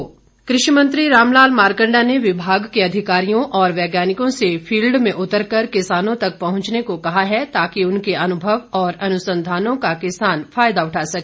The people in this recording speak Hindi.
मारकंडा कृषि मंत्री रामलाल मारकंडा ने विभाग के अधिकारियों और वैज्ञानिकों से फील्ड में उतरकर किसानों तक पहुंचने को कहा है ताकि उनके अनुभव और अनुसंधानों का किसान फायदा उठा सके